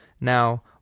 now